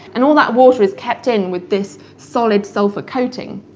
and all that water is kept in with this solid sulfur coating.